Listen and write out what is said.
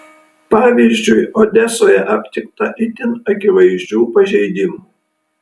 pavyzdžiui odesoje aptikta itin akivaizdžių pažeidimų